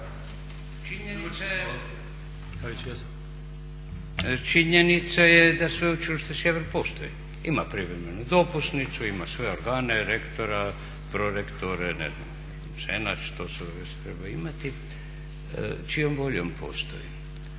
Činjenica je da Sveučilište Sjever postoji, ima privremenu dopusnicu, ima sve organe, rektora, prorektore, …, to sve što treba imati. Čijom voljom postoji?